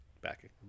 back